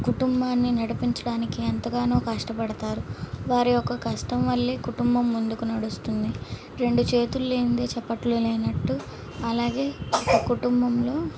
కుటుంబాన్ని నడిపించడానికి ఎంతగానో కష్టపడతారు వారి యొక్క కష్టం వల్లే కుటుంబం ముందుకు నడుస్తుంది రెండు చేతులు లేనిదే చెప్పట్లు లేన్నట్టు అలాగే కుటుంబంలో